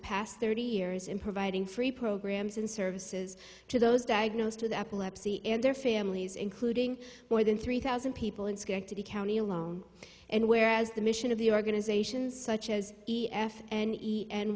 past thirty years in providing free programs and services to those diagnosed with epilepsy and their families including more than three thousand people in schenectady county alone and where as the mission of the organizations such as